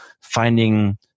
finding